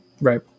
Right